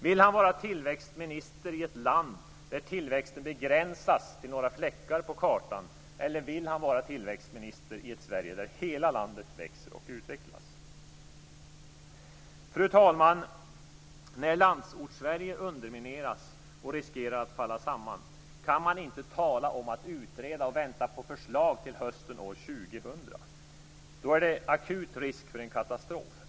Vill han vara tillväxtminister i ett land där tillväxten begränsas till några fläckar på kartan, eller vill han vara tillväxtminister i ett Sverige där hela landet växer och utvecklas? Fru talman! När Landsortssverige undermineras och riskerar att falla samman kan man inte tala om att utreda och vänta på förslag till hösten år 2000. Då är det akut risk för en katastrof.